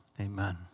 Amen